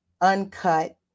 uncut